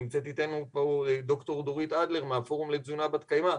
נמצאת איתנו פה ד"ר דורית אדלר מהפורום לתזונה בת קיימא,